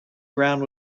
ground